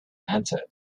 entered